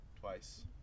twice